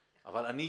אבל אני